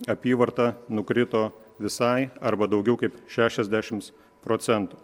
apyvarta nukrito visai arba daugiau kaip šešiasdešims procentų